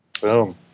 boom